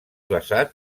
basat